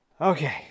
Okay